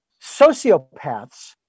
sociopaths